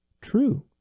True